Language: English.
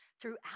Throughout